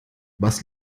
was